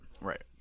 right